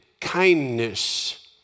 kindness